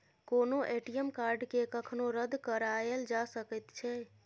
कोनो ए.टी.एम कार्डकेँ कखनो रद्द कराएल जा सकैत छै